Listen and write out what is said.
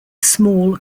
small